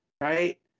right